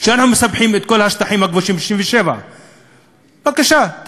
שאנחנו מספחים את כל השטחים הכבושים של 1967. בבקשה,